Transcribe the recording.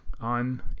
on